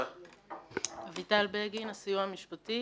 --- אביטל בגין, הסיוע המשפטי